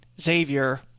Xavier